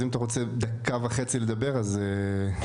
אז אם אתה רוצה דקה וחצי לדבר אז אפשר.